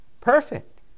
perfect